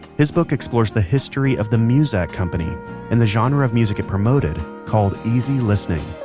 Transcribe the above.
his book explores the history of the muzak company and the genre of music it promoted called easy listening.